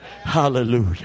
Hallelujah